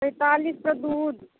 पैंतालिसके दूध